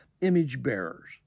image-bearers